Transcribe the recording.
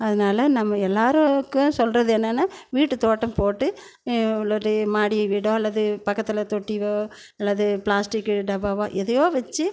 அதனால நம்ம எல்லோருக்கும் சொல்வது என்னான்னால் வீட்டு தோட்டம் போட்டு இல்லாட்டி மாடி வீடோ அல்லது பக்கத்தில் தொட்டியோ அல்லது பிளாஸ்டிக்கு டப்பாவோ ஏதையோ வெச்சு